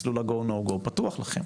מסלול ה-GO NO GO פתוח לכם,